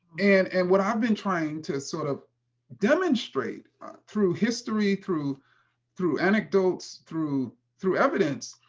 and and what i've been trying to sort of demonstrate through history, through through anecdotes, through through evidence,